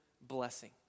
blessing